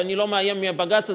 ואני לא מאוים מהבג"ץ הזה,